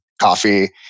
coffee